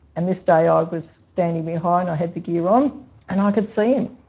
and this day i ah was standing behind, i had the gear on and i could see him.